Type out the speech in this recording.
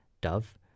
dove